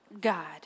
God